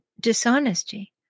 dishonesty